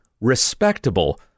respectable